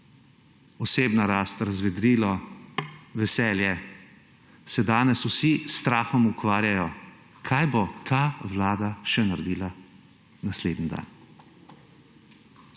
osebna rast, razvedrilo, veselje – se danes vsi s strahom ukvarjajo s tem, kaj še bo ta vlada naredila naslednji dan.